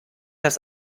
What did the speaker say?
das